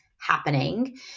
happening